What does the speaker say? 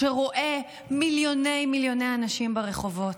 שרואה מיליוני אנשים ברחובות,